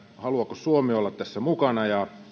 haluaako suomi olla tässä mukana ja